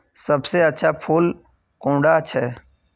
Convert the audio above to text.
सबसे अच्छा फुल कुंडा छै?